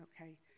okay